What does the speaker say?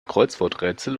kreuzworträtsel